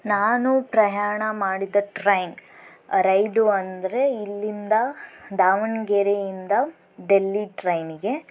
ನಾನು ಪ್ರಯಾಣ ಮಾಡಿದ ಟ್ರೈನ್ ರೈಲು ಅಂದರೆ ಇಲ್ಲಿಂದ ದಾವಣಗೆರೆಯಿಂದ ಡೆಲ್ಲಿ ಟ್ರೈನಿಗೆ